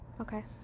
Okay